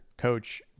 coach